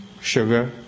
sugar